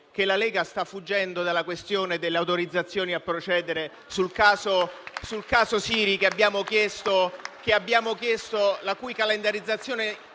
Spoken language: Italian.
che la Lega sta fuggendo dalla questione dell'autorizzazione a procedere sul caso Siri, la cui calendarizzazione